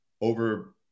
over